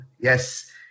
Yes